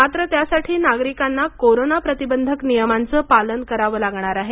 मात्र त्यासाठी नागरिकांना कोरोना प्रतिबंधक नियमांचं पालन करावं लागणार आहे